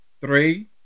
Three